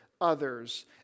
others